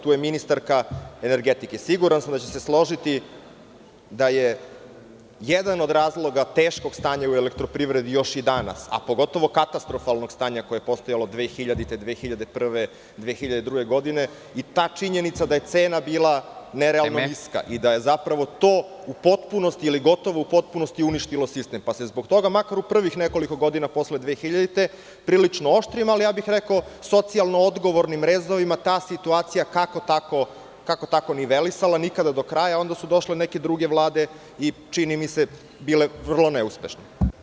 Tu je ministarka energetike i siguran sam da će se složiti da je jedan od razloga teškog stanja u elektroprivredi još i danas, a pogotovo katastrofalnog stanja koje je postojalo 2000, 2001. i 2002. godine, i ta činjenica da je cena bila nerealno niska i da je zapravo to u potpunosti ili gotovo u potpunosti uništilo sistem, pa se zbog toga makar u prvih nekoliko godina posle 2000. godine prilično oštrijim, ali ja bih rekao socijalno-odgovornim rezovima ta situacija kako tako nivelisala, nikada do kraja, a onda su došle neke druge vlade i, čini mi se, bile vrlo neuspešne.